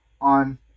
on